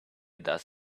does